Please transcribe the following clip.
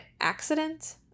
accident